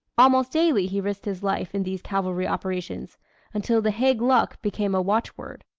almost daily he risked his life in these cavalry operations until the haig luck became a watchword.